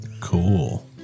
Cool